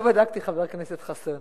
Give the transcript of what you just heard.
לא בדקתי, חבר הכנסת חסון.